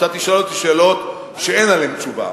שאתה תשאל אותי שאלות שאין עליהן תשובה.